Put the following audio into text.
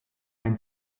ein